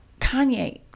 Kanye